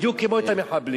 בדיוק כמו את המחבלים.